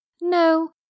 No